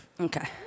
Okay